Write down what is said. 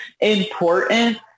important